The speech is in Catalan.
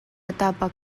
etapa